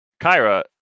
Kyra